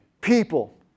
people